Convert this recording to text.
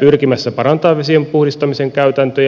pyrkimässä parantamaan vesien puhdistamisen käytäntöjä